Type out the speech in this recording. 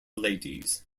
ladies